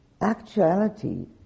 actuality